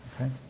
Okay